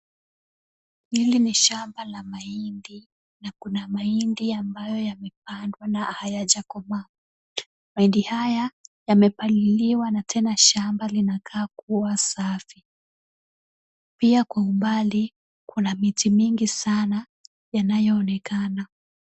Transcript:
Hili ni shamba la mahindi na kuna mahindi ambayo yamepandwa na hayajakomaa. Mahindi haya yamepaliliwa na tena shamba linakaa kuwa safi pia kwa umbali kuna miti mingi sana yanayoonekana.